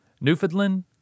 Newfoundland